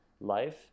life